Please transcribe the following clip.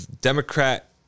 Democrat